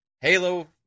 Halo